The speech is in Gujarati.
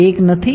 1 નથી